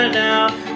now